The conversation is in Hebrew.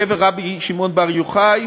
קבר רבי שמעון בר יוחאי